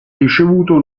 ricevuto